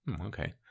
Okay